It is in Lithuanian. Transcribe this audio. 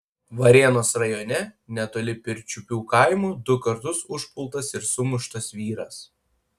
varėnos rajone netoli pirčiupių kaimo du kartus užpultas ir sumuštas vyras